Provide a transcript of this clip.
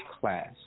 class